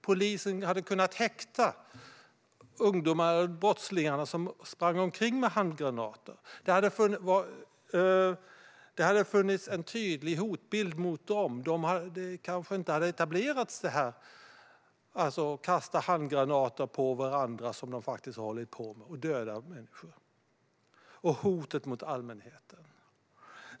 Polisen hade kunnat häkta ungdomarna och brottslingarna som sprang omkring med handgranater. Det hade funnits en tydlig hotbild mot dem. Det hade kanske inte etablerats att de kastar handgranater på varandra, som de faktiskt har hållit på med, och dödar människor. Det gäller också hotet mot allmänheten.